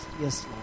Yes